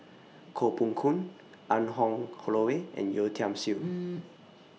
Koh Poh Koon Anne Hong Holloway and Yeo Tiam Siew